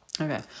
Okay